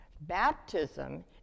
baptism